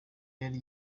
yari